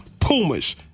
Pumas